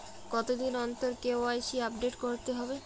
কতদিন অন্তর KYC update করতে হবে?